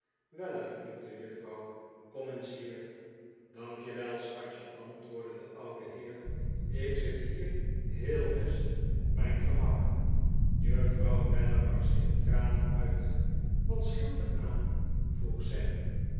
riep de juffrouw kom eens hier dank je wel schatje antwoordde de oude heer ik zit hier heel best op mijn gemak juffrouw weller barstte in tranen uit wat scheelt er aan vroeg